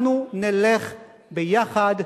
אנחנו נלך ביחד.